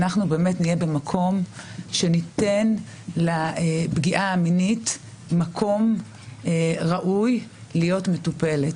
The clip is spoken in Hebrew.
אנחנו באמת נהיה במקום שניתן לפגיעה המינית מקום ראוי להיות מטופלת.